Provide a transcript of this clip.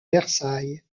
versailles